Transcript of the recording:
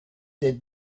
des